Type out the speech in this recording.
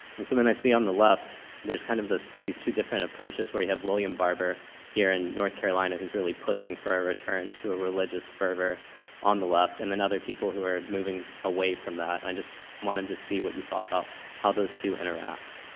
and so then i see on the left, there's kind of this these two different approaches, where you have william barber here in north carolina, who's really pushing for a return to a religious fervor on the left and then other people who are moving away from that and i just wanted to see what you thought about how those two interact?